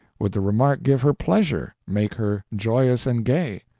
would the remark give her pleasure, make her joyous and gay?